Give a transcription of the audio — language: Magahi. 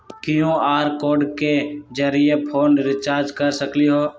कियु.आर कोड के जरिय फोन रिचार्ज कर सकली ह?